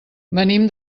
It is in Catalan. venim